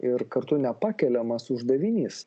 ir kartu nepakeliamas uždavinys